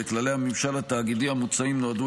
וכללי הממשל התאגידי המוצעים נועדו